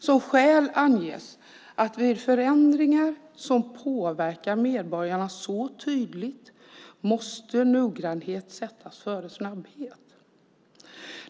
Som skäl anges att vid förändringar som påverkar medborgarna så tydligt måste noggrannhet sättas före snabbhet.